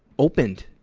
opened